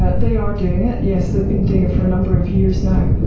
ah they are doing it, yes, they've been doing it for a number of years now.